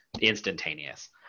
instantaneous